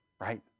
right